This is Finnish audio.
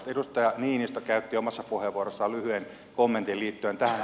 edustaja niinistö käytti omassa puheenvuorossaan lyhyen kommentin liittyen tähän